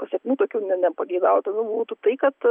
pasėkmių tokių ne nepageidautinų būtų tai kad